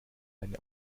eine